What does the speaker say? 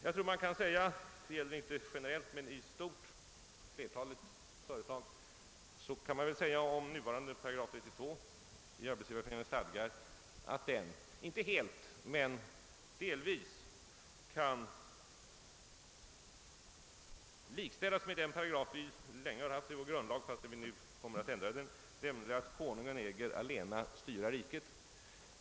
Jag tror att man kan säga — det gäller inte generellt men beträffande flertalet företag — att § 32 i Arbetsgivareföreningens stadgar inte helt men delvis kan likställas med den paragraf vi länge har haft i vår grundlag, fastän den nu kommer att ändras, nämligen att >»Konungen äger att allena styra riket».